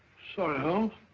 sorry holmes.